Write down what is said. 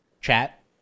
chat